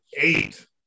eight